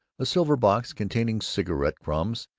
a silver box containing cigarette-crumbs,